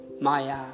Maya